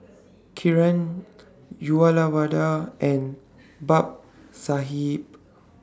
Kiran Uyyalawada and Babasaheb